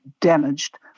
damaged